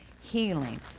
healing